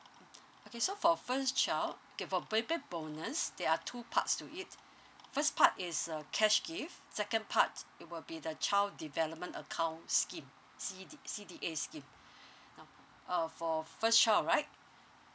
okay so for first child okay for baby bonus there are two parts to it first part is a cash gift second part it will be the child development account scheme C_D_A scheme uh for first child right